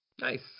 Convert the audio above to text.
Nice